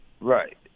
Right